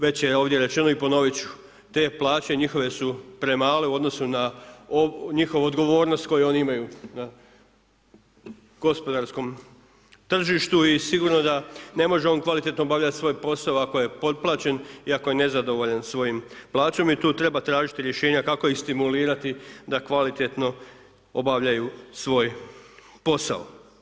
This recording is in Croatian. Već je ovdje rečeno i ponovit ću, te plaće njihove su premale u odnosu na njihovu odgovornost koju oni imaju na gospodarskom tržištu, i sigurno da on ne može kvalitetno obavljati svoj posao ako je potplaćen i ako je nezadovoljan svojom plaćom i tu treba tražiti rješenja kako i stimulirati da kvalitetno obavljaju svoj posao.